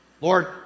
Lord